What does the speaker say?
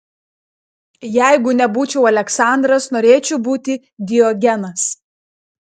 jeigu nebūčiau aleksandras norėčiau būti diogenas